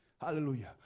Hallelujah